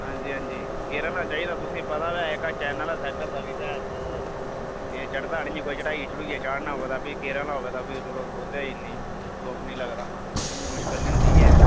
हां जी हां जी गेयर आह्लां चाहिदा तुसेंगी पता गै एह् चैनां आह्ला सैकल दा बी भैनचोद एह् चढ़दा निं ऐ कोई चढ़ाई चढ़ाउयै चाढ़ना होऐ तां गेयर आह्ला होऐ तां बी दुक्ख निं लगदा मुश्कल निं होंदी ऐ